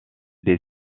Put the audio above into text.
des